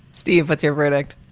steve, what's your verdict?